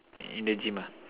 in the gym ah